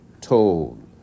told